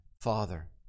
father